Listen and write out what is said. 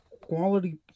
quality